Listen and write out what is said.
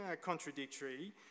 contradictory